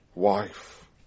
wife